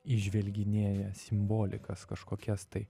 įžvelginėja simbolikas kažkokias tai